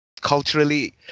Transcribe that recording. culturally